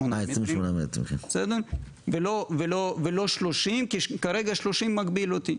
מטרים ולא 30 כי כרגע 30 מגביל אותי.